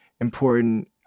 important